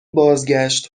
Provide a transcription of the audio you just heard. بازگشت